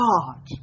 God